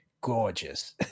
gorgeous